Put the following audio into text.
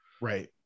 Right